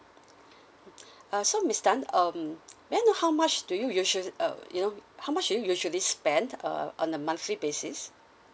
uh so miss tan um may I know how much do you usual~ uh you know how much do you usually spent uh on a monthly basis